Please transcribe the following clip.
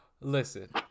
listen